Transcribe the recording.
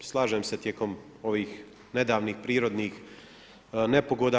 Slažem se tijekom ovih nedavnih prirodnih nepogoda.